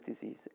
disease